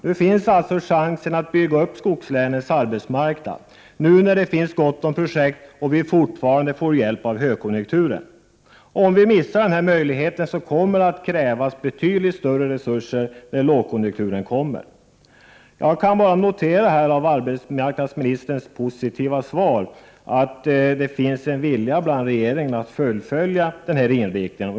Nu, när det finns gott om projekt och vi fortfarande får hjälp av högkonjunkturen, finns det möjlighet att bygga upp skogslänens arbetsmarknad. Om vi missar den chansen kommer det att krävas betydligt större resurser när lågkonjunkturen kommer. Av arbetsmarknadsministerns positiva svar kan jag bara notera att det finns en vilja hos regeringen att fullfölja den här inriktningen.